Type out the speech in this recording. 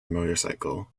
motorcycle